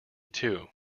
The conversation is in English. two